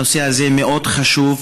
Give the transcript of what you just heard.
הנושא הזה מאוד חשוב,